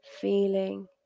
feeling